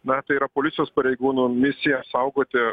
na tai yra policijos pareigūnų misija saugoti